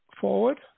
forward